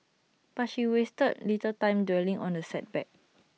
but she wasted little time dwelling on the setback